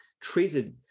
treated